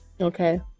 Okay